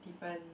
different